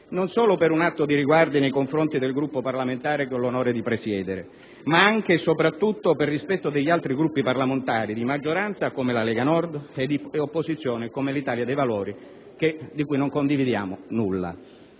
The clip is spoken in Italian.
non solo per un atto di riguardo nei confronti del Gruppo parlamentare che ho l'onore di presiedere, ma anche e soprattutto per rispetto degli altri Gruppi parlamentari, di maggioranza, come la Lega Nord, e di opposizione, come l'Italia dei Valori, di cui non condividiamo nulla.